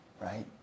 right